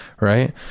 right